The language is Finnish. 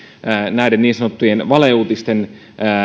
näiden niin sanottujen valeuutisten